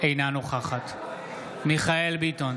אינה נוכחת מיכאל מרדכי ביטון,